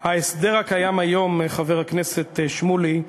ההסדר הקיים היום, חבר הכנסת שמולי,